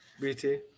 BT